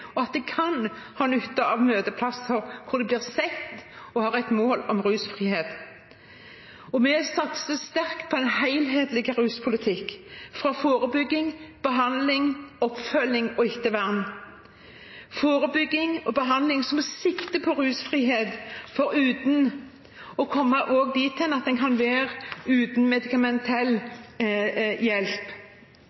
og at det kan ha nytte av møteplasser hvor det blir sett og har et mål om rusfrihet. Vi satser sterkt på en helhetlig ruspolitikk, på forebygging, behandling, oppfølging og ettervern, forebygging og behandling som sikter mot rusfrihet, foruten det å komme dit hen at en kan være uten medikamentell